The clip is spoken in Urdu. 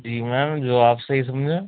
جی میم جو آپ صحیح سمجھیں